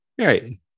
Right